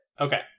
Okay